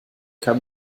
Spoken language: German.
kann